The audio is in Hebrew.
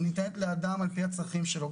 היא ניתנת לאדם על פי הצרכים שלו.